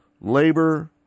labor